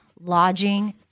lodging